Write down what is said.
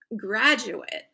graduate